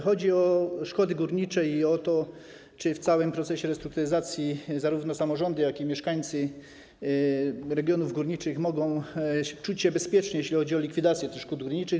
Chodzi o szkody górnicze i o to, czy w całym procesie restrukturyzacji zarówno samorządy, jak i mieszkańcy regionów górniczych mogą czuć się bezpiecznie, jeśli chodzi o likwidację szkód górniczych?